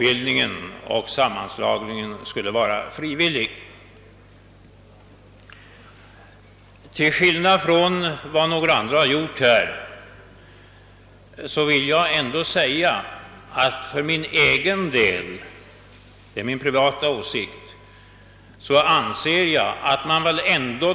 Vad gäller det senaste beslut riksdagen har fattat om kommunblocksbildning, som syftar till kommunsammanslagningar, står det väl utom varje diskussion att propositionens mening var att blockbildningen och sammanslagningen skulle vara frivilliga.